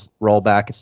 rollback